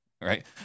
right